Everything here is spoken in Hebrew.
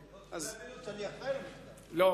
שלא יבינו שאני אחראי למחדל.